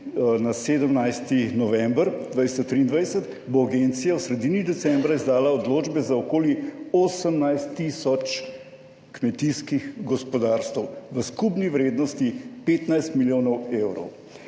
na 17. november 2023, bo agencija v sredini decembra izdala odločbe za okoli 18 tisoč kmetijskih gospodarstev v skupni vrednosti 15 milijonov evrov.